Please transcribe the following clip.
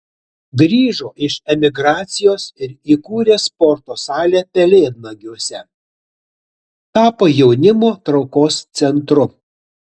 grįžo iš emigracijos ir įkūrė sporto salę pelėdnagiuose tapo jaunimo traukos centru